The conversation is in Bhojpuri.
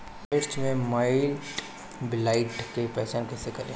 मिर्च मे माईटब्लाइट के पहचान कैसे करे?